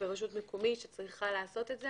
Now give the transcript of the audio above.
ברשות מקומית שצריכה לעשות את זה.